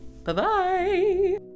Bye-bye